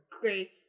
Great